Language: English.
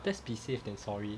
let's be safe than sorry